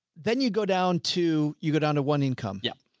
then you go down to, you go down to one income. yeah.